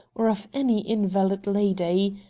or of any invalid lady.